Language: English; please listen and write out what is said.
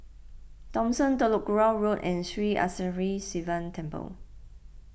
Thomson Telok Kurau Road and Sri Arasakesari Sivan Temple